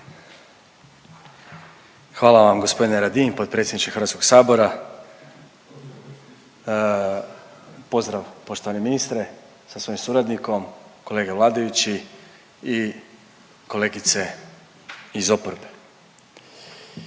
Hvala vam gospodine Radin, potpredsjedniče Hrvatskog sabora. Pozdrav poštovani ministre sa svojim suradnikom, kolege vladajući i kolegice iz oporbe.